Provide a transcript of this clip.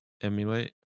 Emulate